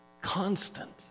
constant